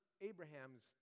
Abraham's